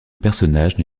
personnage